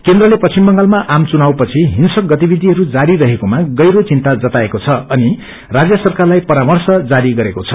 केन्द्रले पश्चिम बंगालमा आम चवुनावपछि हिंग्रक गतिवियिहरू जारी रहेकोमा गहिरो विन्ता जताएको छ अनि राज्य सराकारलाई परार्मश जारी गरेको छ